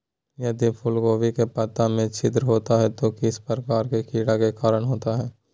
यदि फूलगोभी के पत्ता में छिद्र होता है तो किस प्रकार के कीड़ा के कारण होता है?